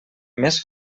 més